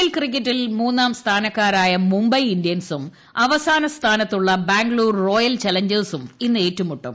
L ക്രിക്കറ്റിൽ മൂന്നാർ സ്ഥാനക്കാരായ മുംബൈ ഇന്ത്യൻസും അവസാന സ്ഥാനുത്തുള്ള ബാംഗ്ലൂർ റോയൽ ചലഞ്ചേഴ്സും ഇന്ന് ഏറ്റൂമുട്ടും